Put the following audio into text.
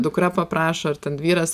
dukra paprašo ten vyras